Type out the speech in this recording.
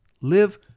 Live